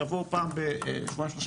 יבואו פעם בשבועיים שלושה,